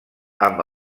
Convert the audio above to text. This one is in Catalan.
amb